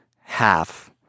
half